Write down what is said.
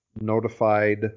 notified